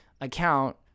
account